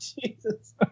Jesus